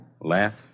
Laughs